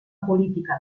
política